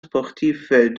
sportive